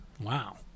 Wow